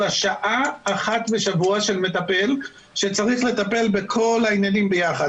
שעה אחת בשבוע של מטפל שצריך לטפל בכל העניינים ביחד.